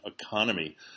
Economy